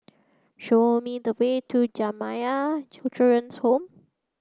show me the way to Jamiyah Children's Home